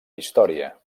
història